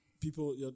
people